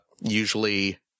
Usually